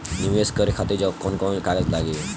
नीवेश करे खातिर कवन कवन कागज लागि?